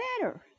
better